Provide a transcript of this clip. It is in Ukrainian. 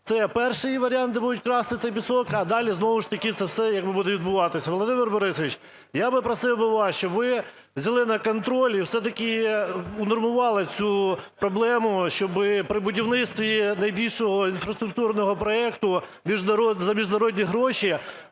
це перший варіант, де будуть красти цей пісок, а далі знову ж таки це все як би буде відбуватися. Володимир Борисович, я би просив би вас, щоб ви взяли на контроль і все-таки унормували цю проблему, щоб при будівництві найбільшого інфраструктурного проекту за міжнародні гроші